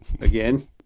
again